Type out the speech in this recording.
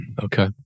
Okay